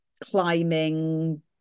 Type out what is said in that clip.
climbing